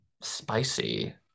spicy